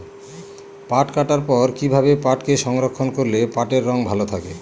পাট কাটার পর কি ভাবে পাটকে সংরক্ষন করলে পাটের রং ভালো থাকে?